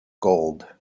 gold